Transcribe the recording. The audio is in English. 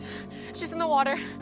she's in the water.